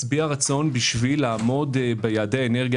משביע רצון בשביל לעמוד ביעדי האנרגיה